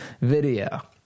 video